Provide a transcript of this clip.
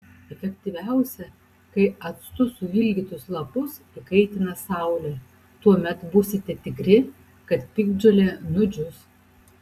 efektyviausia kai actu suvilgytus lapus įkaitina saulė tuomet būsite tikri kad piktžolė nudžius